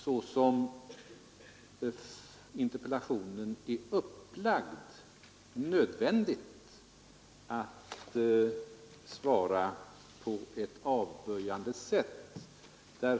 Såsom interpellationen är upplagd var det nödvändigt att svara på ett avböjande sätt.